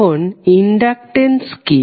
এখন ইনডাকটেন্স কি